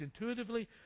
intuitively